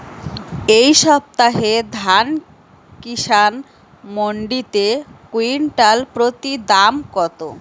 এই সপ্তাহে ধান কিষান মন্ডিতে কুইন্টাল প্রতি দাম কত?